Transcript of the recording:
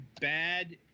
bad